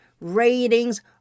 Ratings